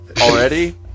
already